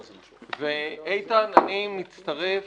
איתן, אני מצטרף